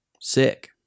sick